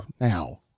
now